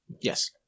Yes